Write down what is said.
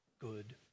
good